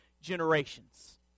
generations